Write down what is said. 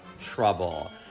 Trouble